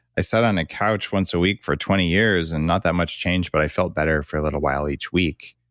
i sat on a couch once a week for twenty years and not that much changed. but i felt better for a little while each week.